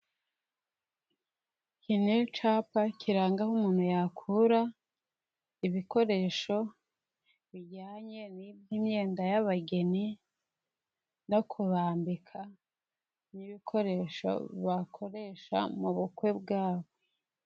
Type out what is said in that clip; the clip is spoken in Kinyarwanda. Iki ni icyapa, kiranga aho umuntu yakura ibikoresho bijyanye n'iby'imyenda y'abageni no kubambika, ni ibikoresho bakoresha mubukwe bwabo.